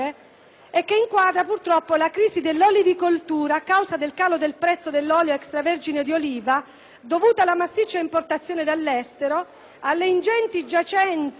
e inquadra la crisi della olivicoltura, a causa del calo del prezzo dell'olio extravergine di oliva dovuto alla massiccia importazione dall'estero, alle ingenti giacenze